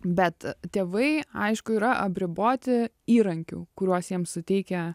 bet tėvai aišku yra apriboti įrankių kuriuos jiems suteikia